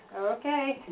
Okay